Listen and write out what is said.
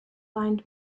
lined